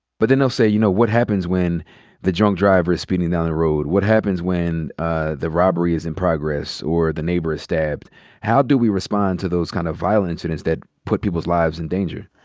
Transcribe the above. but then they'll say, you know, what happens when the drunk driver is speeding down the road? what happens when ah the robbery is in progress or the neighbor is stabbed how do we respond to those kind of violent incidents that put people's lives in danger?